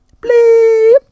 bleep